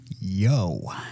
Yo